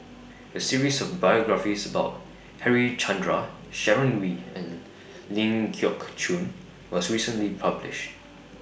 A series of biographies about Harichandra Sharon Wee and Ling Geok Choon was recently published